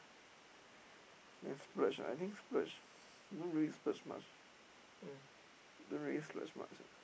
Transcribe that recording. and splurge ah I think splurge don't really splurge much don't really splurge much ah